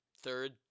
third